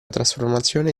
trasformazione